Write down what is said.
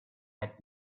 had